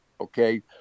Okay